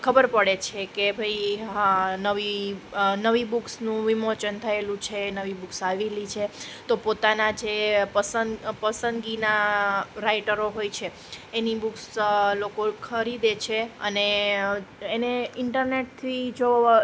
ખબર પડે છે કે ભાઈ હા નવી નવી બુક્સનું વિમોચન થયેલું છે નવી બુક્સ આવેલી છે તો પોતાના જે પસંદ અ પસંદગીના રાઇટરો હોય છે એની બુક્સ લોકો ખરીદે છે અને એને ઇન્ટરનેટથી જો